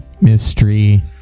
mystery